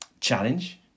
challenge